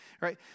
Right